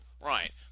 Right